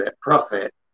profit